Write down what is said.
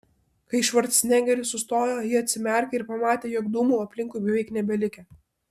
kai švarcnegeris sustojo ji atsimerkė ir pamatė jog dūmų aplinkui beveik nebelikę